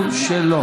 הדיבור שלו.